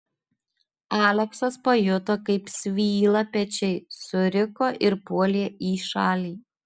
aleksas pajuto kaip svyla pečiai suriko ir puolė į šalį